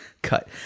Cut